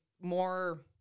more